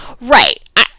Right